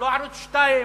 לא ערוץ-2,